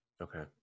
Okay